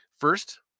First